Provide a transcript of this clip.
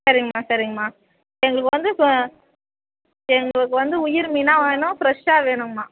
சரிங்கம்மா சரிங்கம்மா எங்களுக்கு வந்து இப்போ எங்களுக்கு வந்து உயிர் மீனாக வேணும் ஃப்ரெஷ்ஷாக வேணுங்கம்மா